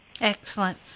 Excellent